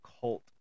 cult